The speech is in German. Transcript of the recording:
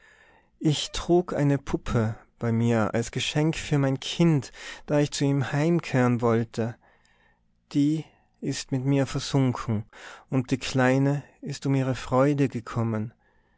ich trug eine puppe bei mir als geschenk für mein kind da ich zu ihm heimkehren wollte die ist mit mir versunken und die kleine ist um ihre freude gekommen